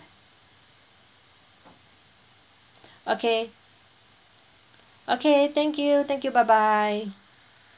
okay okay thank you thank you bye bye